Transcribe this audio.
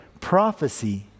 Prophecy